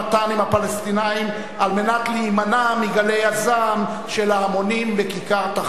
הפלסטינים על מנת להימנע מגלי הזעם של ההמונים בכיכר תחריר.